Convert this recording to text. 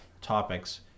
topics